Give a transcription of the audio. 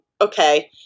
okay